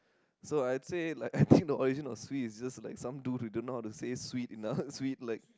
so I'd say like I think the origin of swee is just like some dude who don't know how to say sweet you know sweet like